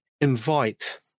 invite